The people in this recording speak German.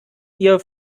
ihr